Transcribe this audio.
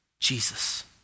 Jesus